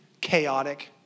chaotic